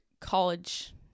college